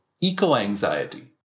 eco-anxiety